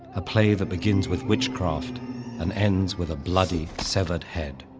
a play that begins with witchcraft and ends with a bloody severed head,